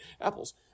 apples